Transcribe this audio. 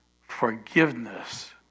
forgiveness